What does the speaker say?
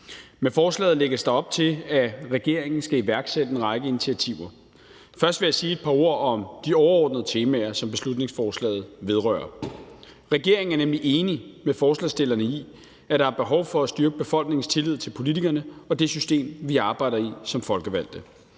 Med forslaget lægges der op til, at regeringen skal iværksætte en række initiativer. Først vil jeg sige et par ord om de overordnede temaer, som beslutningsforslaget vedrører. Regeringen er nemlig enig med forslagsstillerne i, at der er behov for at styrke befolkningens tillid til politikerne og det system, vi arbejder i som folkevalgte.